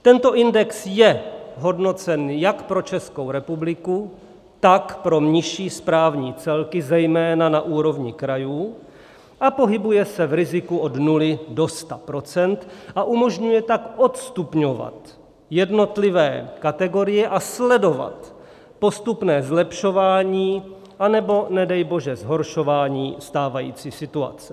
Tento index je hodnocen jak pro Českou republiku, tak pro nižší správní celky, zejména na úrovni krajů, a pohybuje se v riziku od 0 do 100 %, a umožňuje tak odstupňovat jednotlivé kategorie a sledovat postupné zlepšování, anebo nedej bože zhoršování stávající situace.